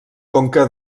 conca